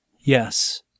Yes